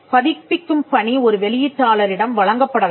பதிப்பிக்கும் பணி ஒரு வெளியீட்டாளரிடம் வழங்கப்படலாம்